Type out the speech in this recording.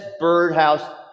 birdhouse